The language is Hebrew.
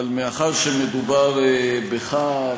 אבל מאחר שמדובר בך,